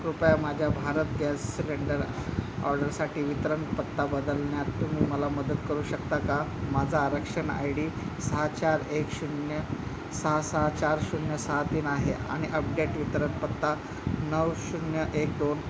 कृपया माझ्या Bharat gas cylinder ऑर्डरसाठी वितरणपत्ता बदलण्यात तुम्ही मला मदत करू शकता का माझा आरक्षण आय डी सहा चार एक शून्य सहा सहा चार शून्य सहा तीन आहे आ आणि अपडेट वितरणपत्ता नऊ शून्य एक दोन